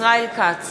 ישראל כץ,